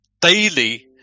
daily